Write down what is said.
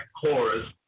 chorus